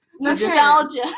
Nostalgia